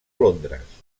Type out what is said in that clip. londres